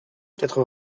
quatre